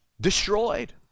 destroyed